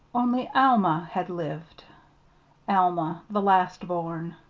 only alma had lived alma, the last born.